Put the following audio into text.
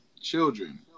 children